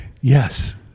yes